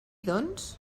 doncs